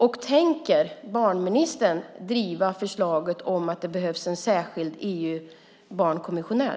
Och tänker barnministern driva förslaget om att det behövs en särskild EU-barnkommissionär?